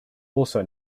also